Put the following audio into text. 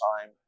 time